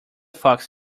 fox